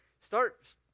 Start